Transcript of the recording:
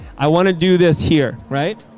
i want to do this here. right.